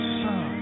sun